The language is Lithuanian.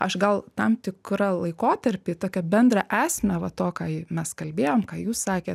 aš gal tam tikrą laikotarpį tokią bendrą esmę va to ką mes kalbėjom ką jūs sakėt